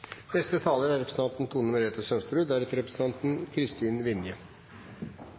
Neste taler er representanten